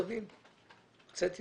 הם רוצים במקום מחזיק אמצעי שליטה,